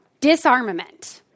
disarmament